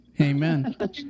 Amen